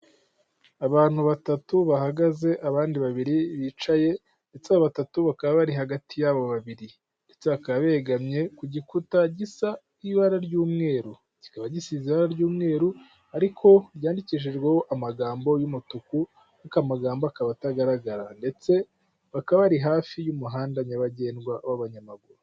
Abantu batatu bahagaze abandi babiri bicaye ndetse batatu bakaba bari hagati yabo babiri ndetse bakaba begamye ku gikuta gisa ibara ry'umweru kikaba gisize ibara ry'umweru ariko ryandikishijweho amagambo y'umutuku ariko amagamba akaba atagaragara ndetse bakaba bari hafi y'umuhanda nyabagendwa w'abanyamaguru.